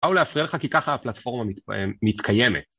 או להפריע לך כי ככה הפלטפורמה מתקיימת.